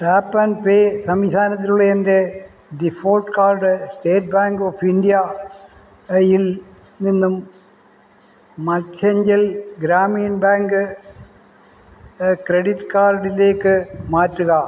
trap and pay സംവിധാനത്തിലുള്ള എൻ്റെ default card state bank of India യിൽ നിന്നും മദ്ധ്യഞ്ചൽ ഗ്രാമീൺ ബാങ്ക് ക്രെഡിറ്റ് കാർഡിലേക്ക് മാറ്റുക